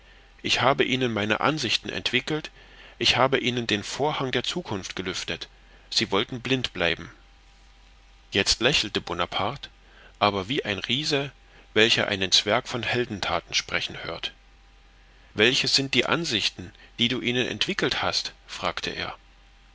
ich habe ihnen meine ansichten entwickelt ich habe ihnen den vorhang der zukunft gelüftet sie wollten blind bleiben jetzt lächelte bonaparte aber wie ein riese welcher einen zwerg von heldenthaten sprechen hört welches sind die ansichten die du ihnen entwickelt hast fragte er